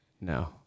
No